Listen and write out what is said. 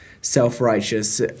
self-righteous